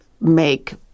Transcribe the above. make